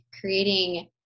creating